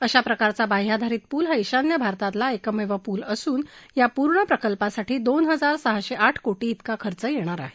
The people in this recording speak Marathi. अशा प्रकारचा बाह्याधारित पूल हा ईशान्य भारतातला एकमेव पूल असून या पूर्ण प्रकल्पासाठी दोन हजार सहाशे आठ कोटी तिका खर्च येणार आहे